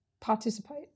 participate